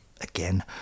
again